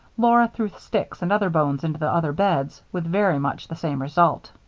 laura threw sticks and other bones into the other beds with very much the same result.